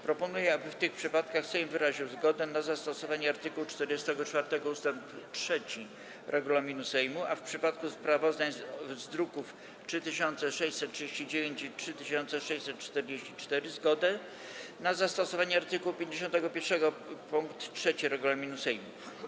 Proponuję, aby w tych przypadkach Sejm wyraził zgodę na zastosowanie art. 44 ust. 3 regulaminu Sejmu, a w przypadku sprawozdań z druków nr 3639 i 3644 - zgodę na zastosowanie art. 51 pkt 3 regulaminu Sejmu.